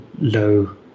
low